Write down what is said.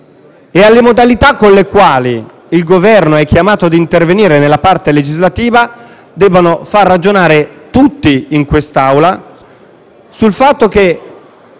e alle modalità con le quali il Governo è chiamato ad intervenire nella funzione legislativa debbano far ragionare tutti in quest'Aula sul fatto che